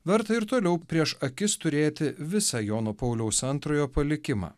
verta ir toliau prieš akis turėti visą jono pauliaus antrojo palikimą